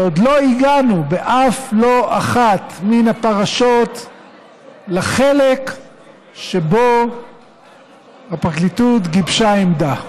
שעוד לא הגענו באף לא אחת מן הפרשות לחלק שבו הפרקליטות גיבשה עמדה.